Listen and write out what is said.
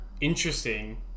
interesting